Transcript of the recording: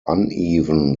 uneven